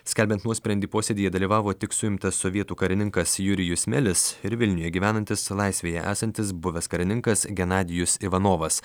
skelbiant nuosprendį posėdyje dalyvavo tik suimtas sovietų karininkas jurijus melis ir vilniuje gyvenantis laisvėje esantis buvęs karininkas genadijus ivanovas